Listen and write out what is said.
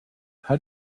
how